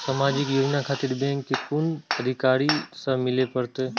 समाजिक योजना खातिर बैंक के कुन अधिकारी स मिले परतें?